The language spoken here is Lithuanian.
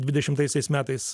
dvidešimtaisiais metais